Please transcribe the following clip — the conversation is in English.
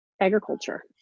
agriculture